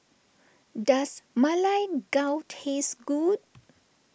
does Ma Lai Gao taste good